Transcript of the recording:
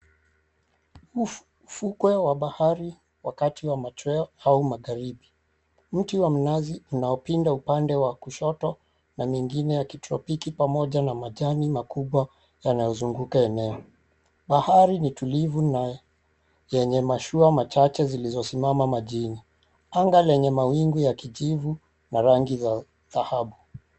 Ufukwe wa bahari wakati wa machweo au magharibi mti wa mnazi unaopinda kushoto na mingine ya kitropiki pamoja na majani makubwa yanayozunguka eneo. Bahari ni tulivu na yenye mashua machache zilizosimama majini. Anga lenye mawingu ya kijivu na rangi za dhahabu.